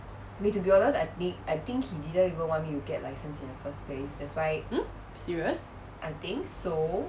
mm serious